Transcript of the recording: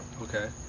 Okay